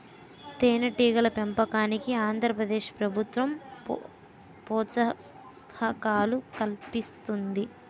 తేనెటీగల పెంపకానికి ఆంధ్ర ప్రదేశ్ ప్రభుత్వం ప్రోత్సాహకాలు కల్పిస్తుంది